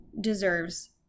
deserves